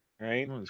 right